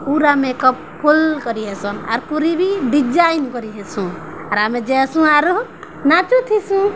ପୁରା makeup full କରି ହେସନ୍ ଆର୍ ପୁରୀ ବି ଡିଜାଇନ୍ କରି ହେସୁଁ ଆର୍ ଆମେ ଜେସୁଁ ଆରୁ ନାଚୁଥିସୁଁ